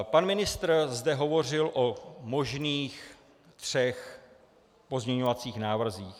Pan ministr zde hovořil o možných třech pozměňovacích návrzích: